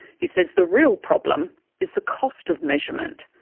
he says the real problem is the cost of measurement.